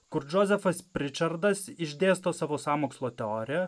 kur džozefas pričardas išdėsto savo sąmokslo teoriją